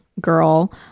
girl